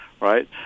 Right